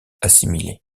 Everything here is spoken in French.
assimilée